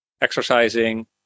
exercising